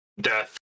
death